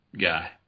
guy